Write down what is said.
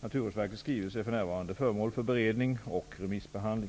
Naturvårdsverkets skrivelse är för närvarande föremål för beredning och remissbehandling.